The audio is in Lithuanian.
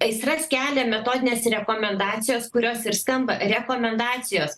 aistras kelia metodinės rekomendacijos kurios ir skamba rekomendacijos